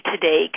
today